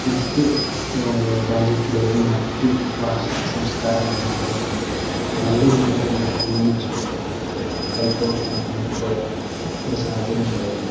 മറ്റ് രാജ്യത്തിലെ അല്ലെങ്കിൽ മറ്റു ഭാഷ സംസ്കാരമുള്ള ആളുകൾ നല്ല രീതിയിൽ തന്നെ ബഹുമാനിച്ചും കൈ കോർത്തും മുന്നോട്ട് പോയ ഒരു സാഹചര്യം ഉണ്ടായിരുന്നു